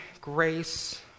grace